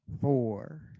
four